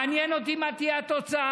מעניין אותי מה תהיה התוצאה.